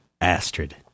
Astrid